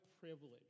privilege